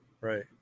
Right